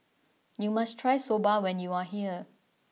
you must try Soba when you are here